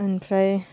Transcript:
ओमफ्राय